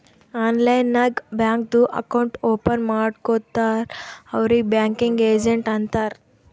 online ನಾಗ್ ಬ್ಯಾಂಕ್ದು account open ಮಾಡ್ಕೊಡ್ತಾರ್ ಅವ್ರಿಗ್ ಬ್ಯಾಂಕಿಂಗ್ ಏಜೆಂಟ್ ಅಂತಾರ್